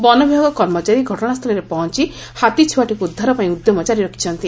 ବନ ବିଭାଗ କର୍ମଚାରୀ ଘଟଶାସ୍ସୁଳରେ ପହଞ୍ ହାତୀଛୁଆଟିକୁ ଉଦ୍ଧାରପାଇଁ ଉଦ୍ୟମ ଜାରି ରଖିଛନ୍ତି